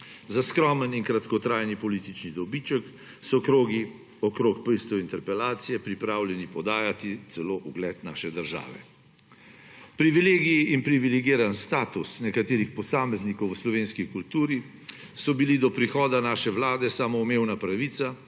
Za skromen in kratkotrajen političen dobiček so krogi okrog piscev interpelacije pripravljeni prodajati celo ugled naše države. Privilegiji in privilegiran status nekaterih posameznikov v slovenski kulturi so bili do prihoda naše vlade samoumevna pravica